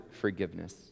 forgiveness